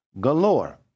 galore